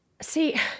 see